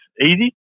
easy